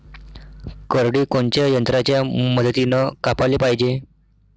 करडी कोनच्या यंत्राच्या मदतीनं कापाले पायजे?